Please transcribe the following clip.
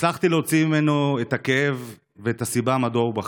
הצלחתי להוציא ממנו את הכאב ואת הסיבה שהוא בכה.